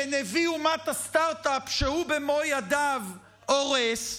כנביא אומת הסטרטאפ שהוא במו ידיו הורס.